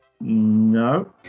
No